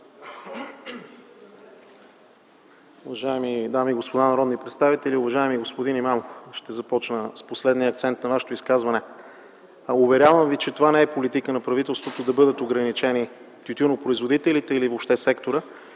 Уважаеми дами и господа народни представители, уважаеми господин Имамов! Ще започна с последния акцент от Вашето изказване. Уверявам Ви, че не е политика на правителството да бъдат ограничени тютюнопроизводителите или въобще секторът.